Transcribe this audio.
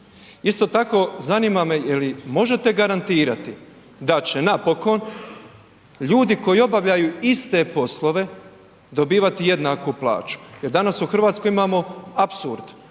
Isto tako zanima me, jeli možete garantirati da će napokon ljudi koji obavljaju iste poslove dobivati jednaku plaću? Jel danas u Hrvatskoj imamo apsurd,